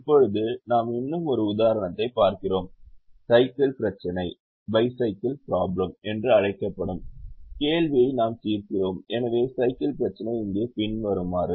இப்போது நாம் இன்னும் ஒரு உதாரணத்தைப் பார்க்கிறோம் சைக்கிள் பிரச்சனை என்று அழைக்கப்படும் கேள்வியை நாம் தீர்க்கிறோம் எனவே சைக்கிள் பிரச்சினை இங்கே பின்வருமாறு